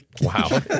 Wow